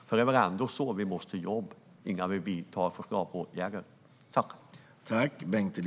Det är väl ändå på det sättet vi måste jobba innan vi vidtar åtgärder?